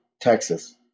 Texas